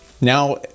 Now